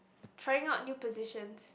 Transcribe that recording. trying out new positions